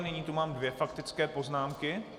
Nyní tu mám dvě faktické poznámky.